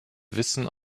wissen